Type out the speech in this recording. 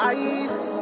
ice